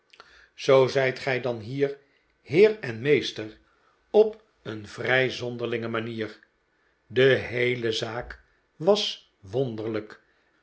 zoo zijt gij dan hier heer en meester op een vrij zonderlinge manier de heele zaak was wonderlijk